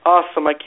Awesome